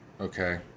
Okay